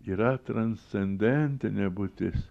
yra transcendentinė būtis